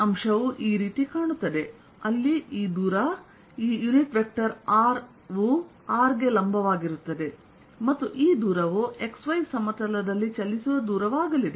ಈ ಅಂಶವು ಈ ರೀತಿ ಕಾಣುತ್ತದೆ ಅಲ್ಲಿ ಈ ದೂರ ಈ ಯುನಿಟ್ ವೆಕ್ಟರ್ r ವು r ಗೆ ಲಂಬವಾಗಿರುತ್ತದೆ ಮತ್ತು ಈ ದೂರವು XY ಸಮತಲದಲ್ಲಿ ಚಲಿಸುವ ದೂರವಾಗಲಿದೆ